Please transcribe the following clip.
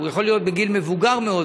הוא יכול להיות בגיל מבוגר מאוד,